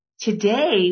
Today